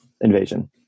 invasion